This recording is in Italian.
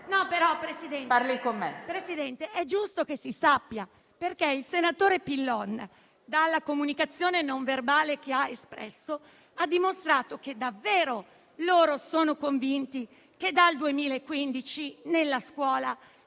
Signor Presidente, è giusto che si sappia perché il senatore Pillon dalla comunicazione non verbale che ha espresso ha dimostrato che davvero loro sono convinti che dal 2015 nella scuola